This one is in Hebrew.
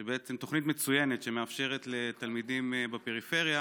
היא תוכנית מצוינת, שמאפשרת לתלמידים בפריפריה